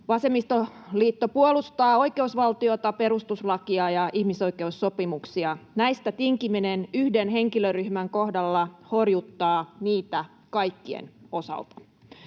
Vasemmistoliitto puolustaa oikeusvaltiota, perustuslakia ja ihmisoikeussopimuksia. Näistä tinkiminen yhden henkilöryhmän kohdalla horjuttaa niitä kaikkien osalta.